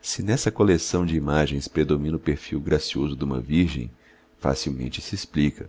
se nessa coleção de imagens predomina o perfil gracioso duma virgem facilmente se explica